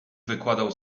wykładał